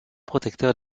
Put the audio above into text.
protecteur